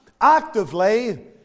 actively